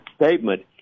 statement